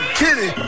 kitty